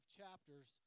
chapters